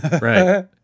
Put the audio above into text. right